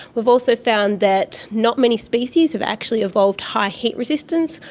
we've also found that not many species have actually evolved high heat resistance,